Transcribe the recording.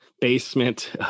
basement